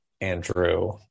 Andrew